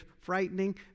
frightening